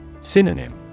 Synonym